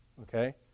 Okay